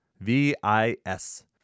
V-I-S